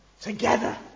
Together